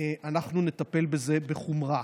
אנחנו נטפל בזה בחומרה.